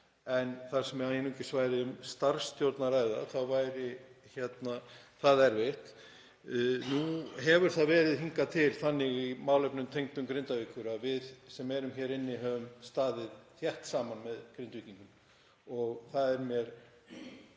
en þar sem einungis væri um starfsstjórn að ræða þá væri það erfitt. Nú hefur það verið þannig hingað til í málefnum tengdum Grindavík að við sem erum hér inni höfum staðið þétt saman með Grindvíkingum og það er